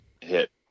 hit